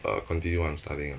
uh continue what I'm studying uh